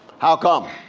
how come?